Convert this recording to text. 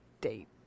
date